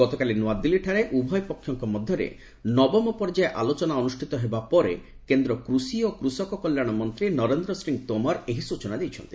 ଗତକାଲି ନୂଆଦିଲ୍ଲୀଠାରେ ଉଭୟ ପକ୍ଷଙ୍କ ମଧ୍ୟରେ ନବମ ପର୍ଯ୍ୟାୟ ଆଲୋଚନା ଅନୁଷ୍ଠିତ ହେବା ପରେ କେନ୍ଦ୍ର କୃଷି ଓ କୃଷକ କଲ୍ୟାଣ ମନ୍ତ୍ରୀ ନରେନ୍ଦ୍ର ସିଂହ ତୋମାର ଏହି ସୂଚନା ଦେଇଛନ୍ତି